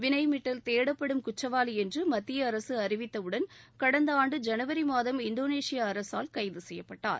வினய் மிட்டல் தேடப்படும் குற்றவாளி என்று மத்திய அரசு அறிவித்தவுடன் கடந்த ஆண்டு ஜனவரி மாதம் இந்தோனேஷிய அரசால் கைது செய்யப்பட்டார்